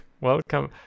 Welcome